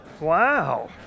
Wow